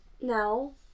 No